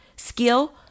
skill